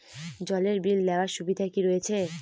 জলের বিল দেওয়ার সুবিধা কি রয়েছে?